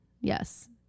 Yes